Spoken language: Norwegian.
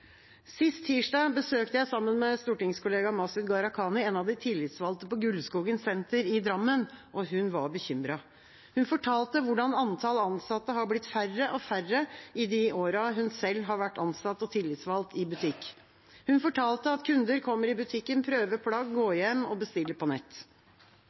Sist tirsdag besøkte jeg sammen med stortingskollega Masud Gharahkhani en av de tillitsvalgte på Gulskogen senter i Drammen, og hun var bekymret. Hun fortalte hvordan antallet ansatte har blitt færre og færre i de årene hun selv har vært ansatt og tillitsvalgt i butikk, og hun fortalte at kunder kommer i butikken, prøver plagg, går hjem og bestiller på nett.